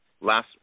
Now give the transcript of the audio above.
last